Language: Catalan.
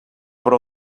però